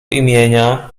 imienia